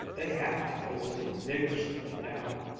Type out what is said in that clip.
they'll have to go to the nigger school now.